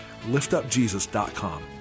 liftupjesus.com